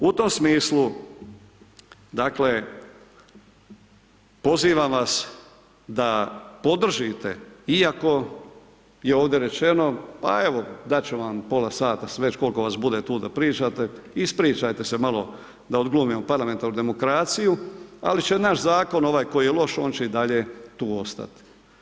U tom smislu dakle pozivam vas da podržite iako je ovdje rečeno, pa evo, dat ću vam pola sata, već koliko vas bude tu da pričate, ispričajte se malo da odglumimo parlamentarnu demokraciju, ali će naš zakon ovaj koji je loš, on će i dalje tu ostati.